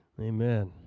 Amen